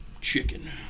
Chicken